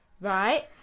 Right